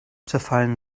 zerfallen